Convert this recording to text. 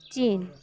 ᱪᱤᱱ